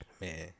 Man